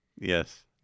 Yes